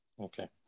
Okay